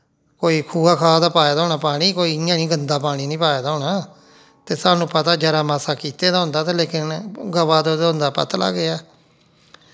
कोई खूहा खाह् दा पाए दा होना पानी कोई इ'यां निं गंदा पानी निं पाए दा होना ते सानूं पता जरा मास्सा कीते दा होंदा ते लेकिन गवा दा होंदा ते पतला गै